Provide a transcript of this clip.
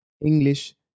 English